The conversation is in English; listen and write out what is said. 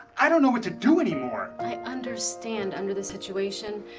i don't know what to do anymore. i understand under the situation,